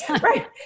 Right